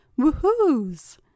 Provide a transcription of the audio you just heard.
woohoos